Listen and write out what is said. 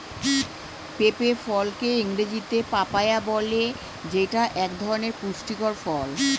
পেঁপে ফলকে ইংরেজিতে পাপায়া বলে যেইটা এক ধরনের পুষ্টিকর ফল